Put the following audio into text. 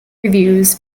reviews